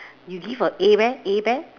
you give a A bear A bear